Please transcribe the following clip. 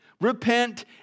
Repent